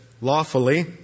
lawfully